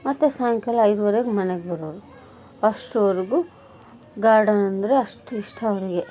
ಮತ್ತು ಸಾಯಂಕಾಲ ಐದುವರೆಗೆ ಮನೆಗೆ ಬರೋರು ಅಷ್ಟರವರ್ಗು ಗಾರ್ಡನ್ ಅಂದರೆ ಅಷ್ಟು ಇಷ್ಟ ಅವ್ರಿಗೆ